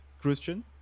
Christian